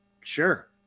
sure